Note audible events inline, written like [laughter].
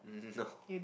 [laughs] no